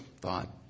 thought